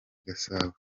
gasabo